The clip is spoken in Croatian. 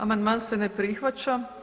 Amandman se ne prihvaća.